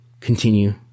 continue